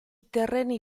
terreni